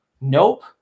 nope